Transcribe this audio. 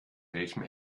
welchem